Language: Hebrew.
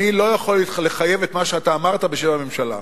אני לא יכול לחייב את מה שאמרת בשם הממשלה.